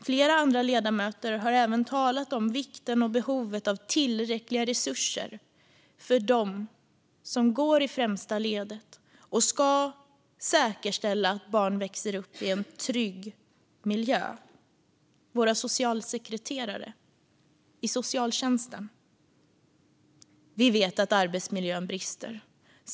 Flera andra ledamöter har även talat om vikten och behovet av tillräckliga resurser för dem som går i främsta ledet och ska säkerställa att barn växer upp i en trygg miljö: våra socialsekreterare i socialtjänsten. Vi vet att arbetsmiljön brister.